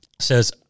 says